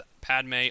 Padme